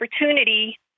opportunity